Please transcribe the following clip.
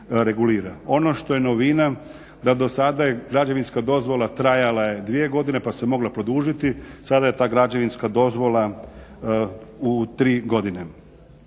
Ono što je novina da dosada je građevinska dozvola trajala 2 godine pa se mogla produžiti, sada je ta građevinska dozvola u tri godine.